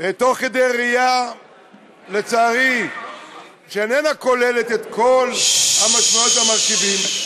מתוך ראייה שלצערי איננה כוללת את כל משמעויות המרכיבים,